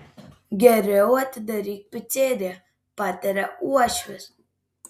geriau atidaryk piceriją pataria uošvis